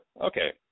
Okay